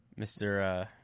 Mr